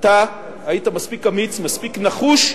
אתה היית מספיק אמיץ, מספיק נחוש,